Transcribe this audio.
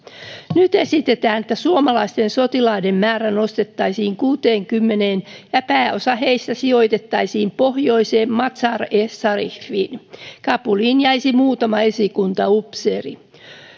nyt esitetään että suomalaisten sotilaiden määrä nostettaisiin kuuteenkymmeneen ja pääosa heistä sijoitettaisiin pohjoiseen mazar i sharifiin kabuliin jäisi muutama esikuntaupseeri